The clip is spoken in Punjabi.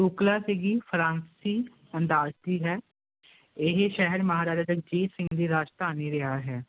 ਇਹ ਸ਼ਹਿਰ ਮਹਾਰਾਜਾ ਰਣਜੀਤ ਸਿੰਘ ਜੀ ਰਾਜਧਾਨੀ ਰਿਹਾ ਹੈ